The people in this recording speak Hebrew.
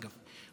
אגב,